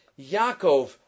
Yaakov